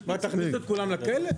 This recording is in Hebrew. מה, תכניס את כולם לכלא?